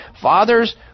Fathers